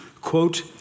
Quote